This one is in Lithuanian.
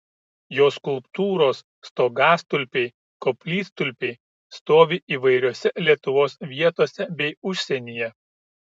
jo skulptūros stogastulpiai koplytstulpiai stovi įvairiose lietuvos vietose bei užsienyje